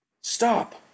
Stop